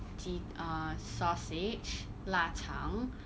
ji~ uh sausage 腊肠